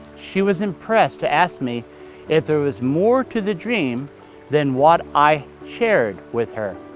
she was impressed to ask me if there was more to the dream than what i shared with her.